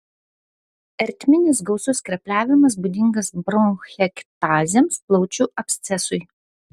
ertminis gausus skrepliavimas būdingas bronchektazėms plaučių abscesui